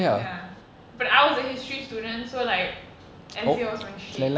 ya but I was a history student so like essay was my shit